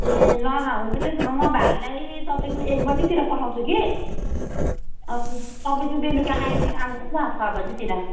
ए ल ल हुन्छ त्यसो भए म भाइलाई तपाईँको एक बजीतिर पठाउँछु कि अनि तपाईँ चाहिँ बेलुकी आइदिनु आउनुहोस् ल छ बजीतिर